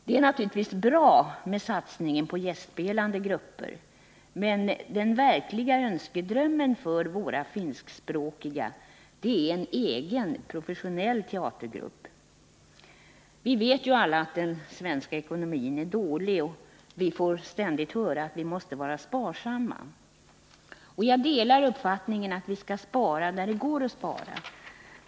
Det är naturligtvis bra med satsningen på gästspelande grupper, men den verkliga önskedrömmen för våra finskspråkiga är en egen professionell teatergrupp. Vi vet ju alla att den svenska ekonomin är dålig, och vi får ständigt höra att vi måste vara sparsamma. Jag delar uppfattningen att vi skall spara där det går att spara.